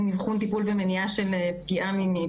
איבחון טיפול ומניעה של פגיעה מינית,